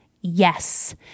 yes